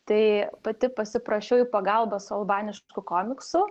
tai pati pasiprašiau į pagalbos albaniškų komiksų